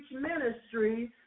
Ministries